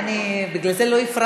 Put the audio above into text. מותר לו בפעם הראשונה.